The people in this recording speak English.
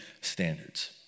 standards